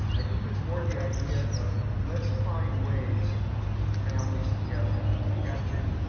i think it's more the idea of, let's find ways to keep families together. if they had to